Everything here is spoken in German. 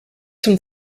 zum